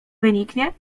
wyniknie